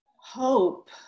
Hope